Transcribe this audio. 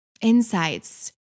insights